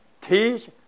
teach